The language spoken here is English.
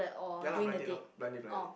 ya lah blind date lor blind date blind date